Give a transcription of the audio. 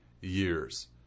years